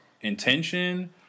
intention